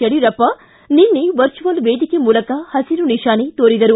ಯಡಿಯೂರಪ್ಪ ನಿನ್ನೆ ವರ್ಚುವಲ್ ವೇದಿಕೆ ಮೂಲಕ ಹಸಿರು ನಿಶಾನೆ ತೋರಿದರು